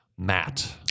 Matt